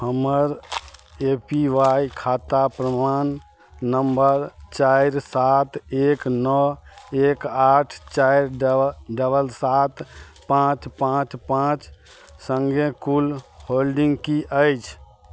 हमर A P Y खाता प्रमाण नम्बर चारि सात एक नओ एक आठ चारि डब डबल सात पाँच पाँच पाँच सङ्गे कुल होल्डिन्ग कि अछि